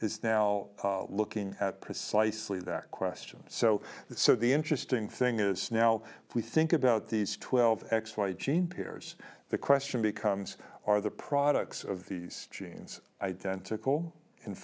is now looking at precisely that question so so the interesting thing is now if we think about these twelve x y gene pairs the question becomes are the products of these genes identical